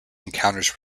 encounters